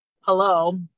Hello